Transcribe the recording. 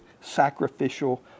sacrificial